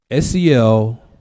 SEL